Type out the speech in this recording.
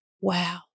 wow